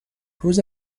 روز